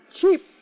cheap